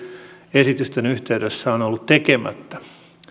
esitysten yhteydessä ovat olleet tekemättä